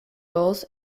both